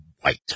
white